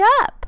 up